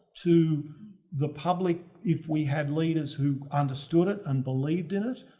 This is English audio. to the public if we had leaders who understood it and believed in it,